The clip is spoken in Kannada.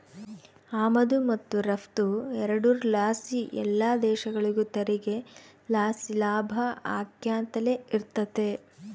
ಆಮದು ಮತ್ತು ರಫ್ತು ಎರಡುರ್ ಲಾಸಿ ಎಲ್ಲ ದೇಶಗುಳಿಗೂ ತೆರಿಗೆ ಲಾಸಿ ಲಾಭ ಆಕ್ಯಂತಲೆ ಇರ್ತತೆ